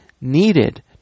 needed